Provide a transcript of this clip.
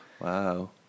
Wow